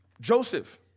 Joseph